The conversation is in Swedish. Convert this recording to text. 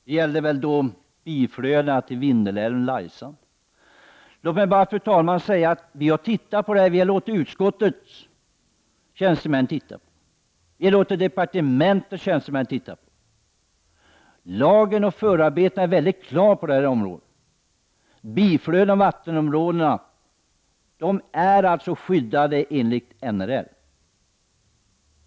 Det gällde då biflödena till Vindelälven och Laisälven. Utskottets och departementets tjänstemän har tittat på detta: Lagen och förarbetena är mycket klara när det gäller detta område. Biflöden och vattenområden är skyddade enligt NRL.